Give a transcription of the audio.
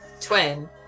twin